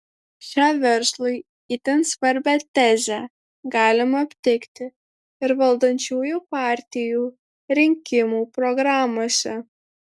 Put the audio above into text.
šią verslui itin svarbią tezę galima aptikti ir valdančiųjų partijų rinkimų programose